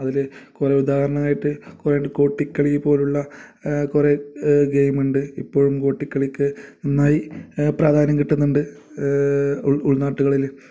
അതിൽ കുറേ ഉദാഹരണമായിട്ട് കോയ് ഗോട്ടിക്കളി പോലുള്ള കുറേ ഗെയിമുണ്ട് ഇപ്പോളും ഗോട്ടിക്കളിക്ക് നന്നായി പ്രാധാന്യം കിട്ടുന്നുണ്ട് ഉൾ ഉൾനാട്ടുകളിൽ